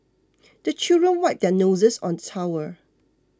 the children wipe their noses on towel